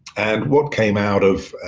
and what came out of